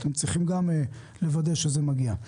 אתם צריכים גם לוודא שזה מגיע.